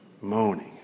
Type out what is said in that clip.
Moaning